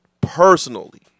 personally